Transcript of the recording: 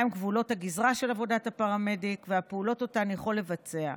מהם גבולות הגזרה של עבודת הפרמדיק והפעולות שאותן הוא יכול לבצע,